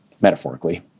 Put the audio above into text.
metaphorically